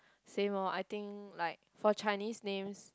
same lor I think like for Chinese names